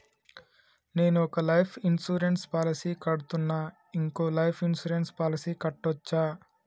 నేను ఒక life insurance policy కడ్తున్నా, ఇంకో లైఫ్ ఇన్సూరెన్స్ పాలసీ కట్టొచ్చా?